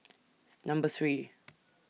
Number three